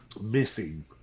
Missing